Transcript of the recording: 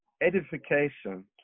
edification